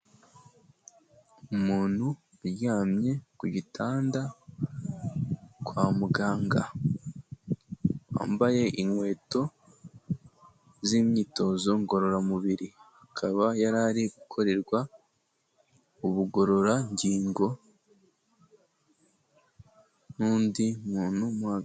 Umuntu uryamye ku gitanda kwa muganga wambaye inkweto z'imyitozo ngororamubiri, akaba yari ari gukorerwa ubugororangingo n'undi muntu.